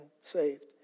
saved